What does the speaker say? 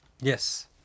Yes